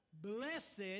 Blessed